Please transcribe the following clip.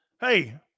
Hey